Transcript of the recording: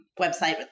website